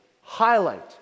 highlight